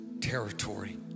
territory